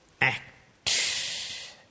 act